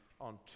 on